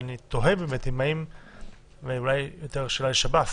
אבל אני תוהה ואולי השאלה היא יותר לשב"ס